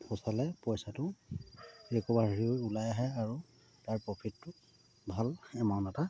ফচালে পইচাটো ৰিক'ভাৰি হৈ ওলাই আহে আৰু তাৰ প্ৰফিটটো ভাল এমাউণ্ট এটা